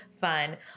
fun